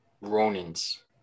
Ronins